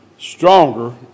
Stronger